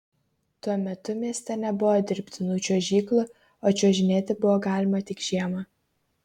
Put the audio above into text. tuo metu mieste nebuvo dirbtinų čiuožyklų o čiuožinėti buvo galima tik žiemą